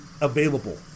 available